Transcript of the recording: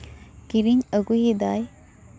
ᱠᱤᱨᱤᱧ ᱟᱹᱜᱩᱭᱮᱫᱟᱭ